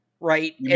Right